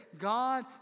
God